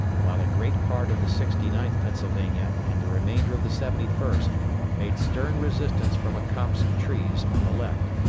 while a great part of the sixty ninth pennsylvania and the remainder of the seventy first made stern resistance from a copse of trees on the left,